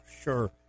sure